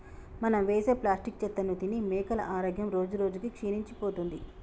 మనం వేసే ప్లాస్టిక్ చెత్తను తిని మేకల ఆరోగ్యం రోజురోజుకి క్షీణించిపోతుంది